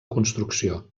construcció